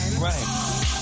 Right